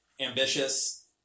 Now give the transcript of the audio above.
Ambitious